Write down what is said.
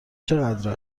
چقدر